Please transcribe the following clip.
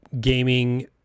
gaming